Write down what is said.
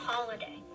Holiday